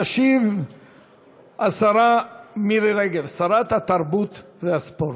תשיב השרה מירי רגב, שרת התרבות והספורט.